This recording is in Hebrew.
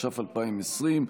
התש"ף 2020,